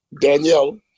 Danielle